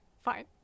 fine